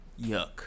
Yuck